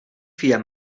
via